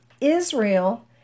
Israel